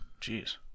Jeez